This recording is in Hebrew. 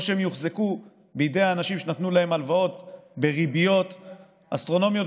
או שהם יוחזקו בידי האנשים שנתנו להם הלוואות בריביות אסטרונומיות,